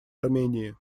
армении